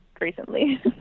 recently